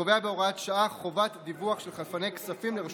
תודה רבה, אדוני היושב-ראש.